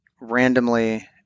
randomly